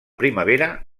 primavera